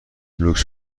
لوکس